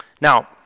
Now